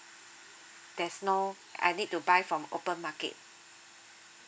there's no I need to buy from open market